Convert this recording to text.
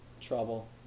trouble